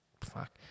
fuck